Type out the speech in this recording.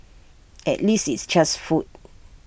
at least it's just food